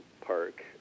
park